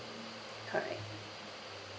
correct